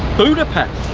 budapest.